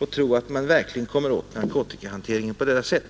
att försöka komma åt narkotikahanteringen på detta sätt.